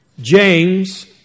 James